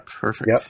perfect